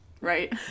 Right